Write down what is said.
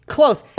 Close